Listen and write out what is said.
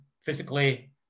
physically